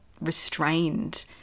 restrained